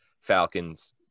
Falcons